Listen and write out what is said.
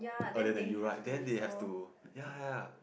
earlier than you right then they have to ya ya